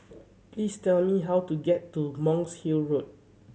please tell me how to get to Monk's Hill Road